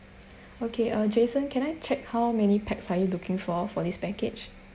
okay uh jason can I check how many packs are you looking for for this package